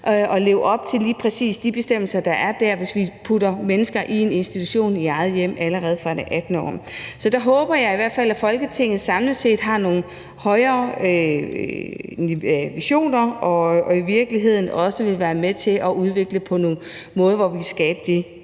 at leve op til de bestemmelser, der er i FN's handicapkonventioner, hvis vi putter mennesker i en institution i eget hjem allerede fra det 18. år. Så der håber jeg i hvert fald, at Folketinget samlet set har nogle større visioner og i virkeligheden også vil være med til at udvikle på nogle måder, hvor vi kan skabe et